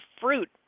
fruit